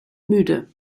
müde